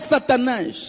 Satanás